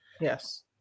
Yes